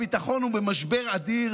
הביטחון במשבר אדיר,